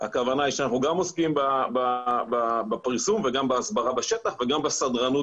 הכוונה היא שאנחנו גם עוסקים בפרסום וגם בהסברה בשטח וגם בסדרנות